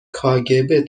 کاگب